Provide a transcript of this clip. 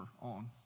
on